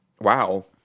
Wow